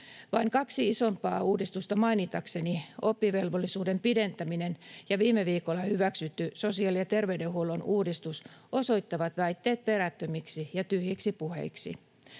Vain kaksi isompaa uudistusta mainitakseni: oppivelvollisuuden pidentäminen ja viime viikolla hyväksytty sosiaali‑ ja terveydenhuollon uudistus osoittavat väitteet perättömiksi ja tyhjiksi puheiksi.